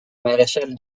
maréchal